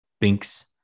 Binks